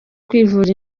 kwivura